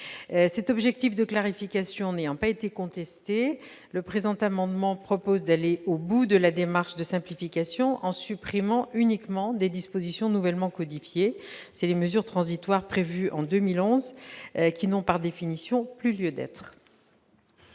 Cet objectif de clarification n'ayant pas été contesté, le présent amendement prévoit d'aller au bout de la démarche de simplification en supprimant uniquement des dispositions nouvellement codifiées : les mesures transitoires prévues en 2011, qui n'ont par définition plus lieu d'être.